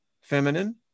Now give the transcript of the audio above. feminine